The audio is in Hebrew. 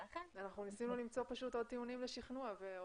ניסינו למצוא עוד טיעונים לשכנוע.